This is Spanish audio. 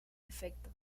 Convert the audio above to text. efecto